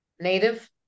native